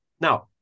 Now